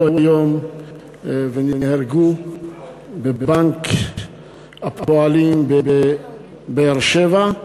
היום ובניהן נהרגו בבנק הפועלים בבאר-שבע,